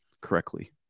correctly